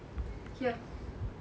here